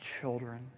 children